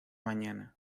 mañana